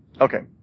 Okay